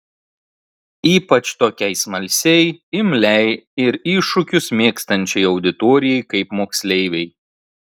ypač tokiai smalsiai imliai ir iššūkius mėgstančiai auditorijai kaip moksleiviai